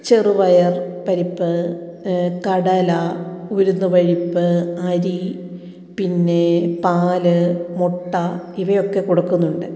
ചെറു പയർ പരിപ്പ് കടല ഉഴുന്ന് പരിപ്പ് അരി പിന്നെ പാല് മുട്ട ഇവയൊക്കെ കൊടുക്കുന്നുണ്ട്